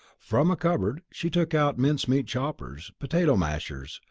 from a cupboard she took out mince-meat choppers, potato mashers,